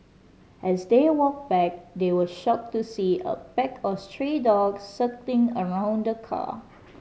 as they walked back they were shocked to see a pack of stray dogs circling around the car